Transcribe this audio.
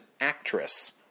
actress